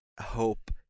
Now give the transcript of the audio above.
hope